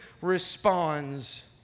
responds